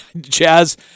jazz